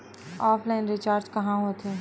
Offline recharge कहां होथे?